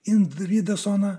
individo zoną